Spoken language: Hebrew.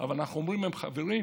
אבל אנחנו אומרים להם: חברים,